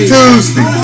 Tuesday